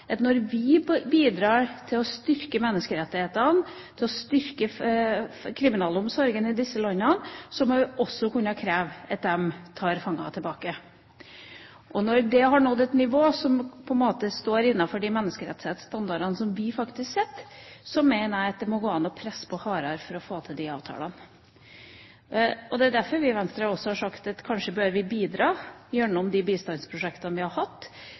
at når vi bidrar til å styrke menneskerettighetene og å styrke kriminalomsorgen i disse landene, må vi også kunne kreve at de tar fanger tilbake. Og når de har nådd et nivå som er innenfor de menneskerettsstandardene vi setter, så mener jeg at det må gå an å presse på hardere for å få til disse avtalene. Det er derfor vi i Venstre har sagt at kanskje bør vi bidra gjennom de bistandsprosjektene vi har,